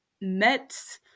met